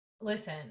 listen